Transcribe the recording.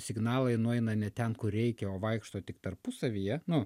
signalai nueina ne ten kur reikia o vaikšto tik tarpusavyje nu